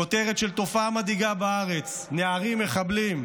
כותרת: תופעה מדאיגה בארץ, נערים מחבלים.